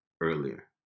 earlier